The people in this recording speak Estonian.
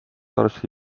arsti